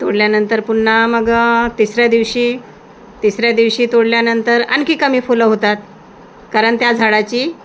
तोडल्यानंतर पुन्हा मग तिसऱ्या दिवशी तिसऱ्या दिवशी तोडल्यानंतर आणखी कमी फुलं होतात कारण त्या झाडाची